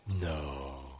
No